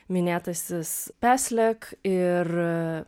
minėtasis peslek ir